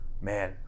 Man